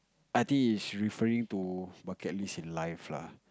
I think it's referring to bucket list in life lah